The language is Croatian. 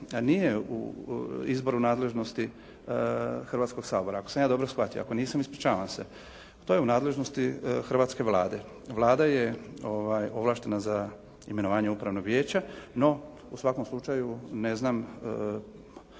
nije u izboru nadležnosti Hrvatskog sabora, ako sam ja dobro shvatio. Ako nisam ispričavam se, to je u nadležnosti hrvatske Vlade. Vlada je ovlaštena za imenovanje upravnog vijeća. No, u svakom slučaju ne znam